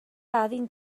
adin